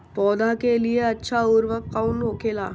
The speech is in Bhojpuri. पौधा के लिए अच्छा उर्वरक कउन होखेला?